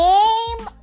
Game